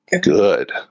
good